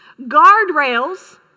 Guardrails